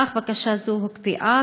אך בקשה זו הוקפאה.